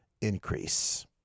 increase